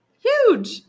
Huge